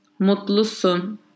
Mutlusun